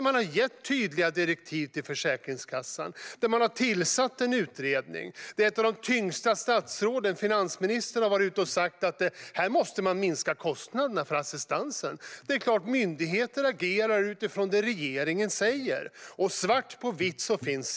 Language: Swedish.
Man har gett tydliga direktiv till Försäkringskassan och tillsatt en utredning. Ett av de tyngsta statsråden, finansministern, har varit ute och sagt: Här måste man minska kostnaderna för assistansen. Det är klart att myndigheter agerar utifrån det regeringen säger. Siffrorna finns där svart på vitt.